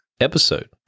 episode